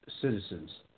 citizens